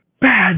Bad